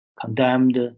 condemned